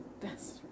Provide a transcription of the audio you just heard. best